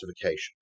classification